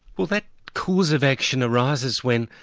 well that course of action arises when